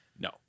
No